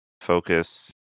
focus